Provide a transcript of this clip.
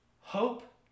hope